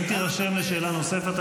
אם תירשם לשאלה נוספת,